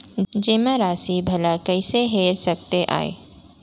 जेमा राशि भला कइसे हेर सकते आय?